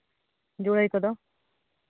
ᱡᱩᱲᱟᱹᱭ ᱠᱚᱫᱚ